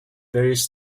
various